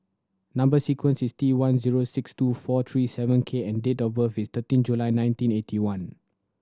number sequence is T one zero six two four three seven K and date of birth is thirteen July nineteen eighty one